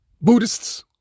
Buddhists